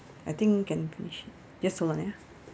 I think can push just hold on ya